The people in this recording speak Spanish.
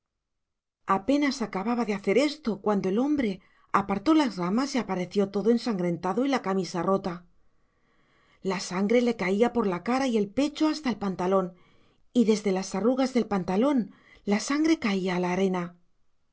apenas acababa de hacer esto cuando el hombre apartó las ramas y apareció todo ensangrentado y la camisa rota la sangre le caía por la cara y el pecho hasta el pantalón y desde las arrugas del pantalón la sangre caía a la arena